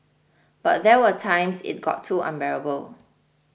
but there were times it got too unbearable